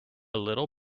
little